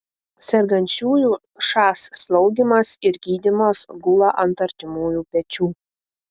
sergančiųjų šas slaugymas ir gydymas gula ant artimųjų pečių